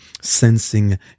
sensing